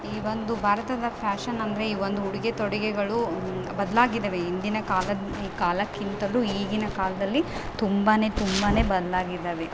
ಇವೊಂದು ಭಾರತದ ಫ್ಯಾಷನ್ ಅಂದರೆ ಇವೊಂದು ಉಡುಗೆ ತೊಡುಗೆಗಳು ಬದಲಾಗಿದವೆ ಇಂದಿನ ಕಾಲದ ಕಾಲಕ್ಕಿಂತಲೂ ಈಗಿನ ಕಾಲದಲ್ಲಿ ತುಂಬಾ ತುಂಬಾ ಬದಲಾಗಿದವೆ